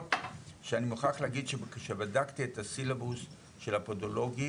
למרות שאני מוכרח להגיד שבדקתי את הסילבוס של הפדולוגים,